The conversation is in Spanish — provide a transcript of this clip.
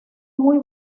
muy